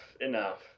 enough